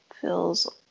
feels